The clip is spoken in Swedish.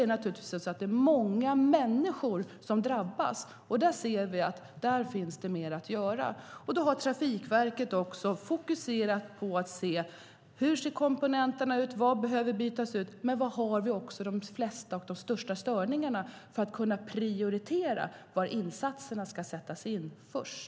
Det innebär att det är många människor som drabbas, och där finns det mer att göra. Trafikverket har fokuserat på hur komponenterna ser ut, vad som behöver bytas ut och var har vi de största störningarna för att kunna prioritera var insatserna ska sättas in först.